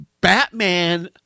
Batman